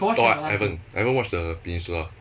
no I haven't I haven't watch the peninsula